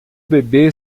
bebê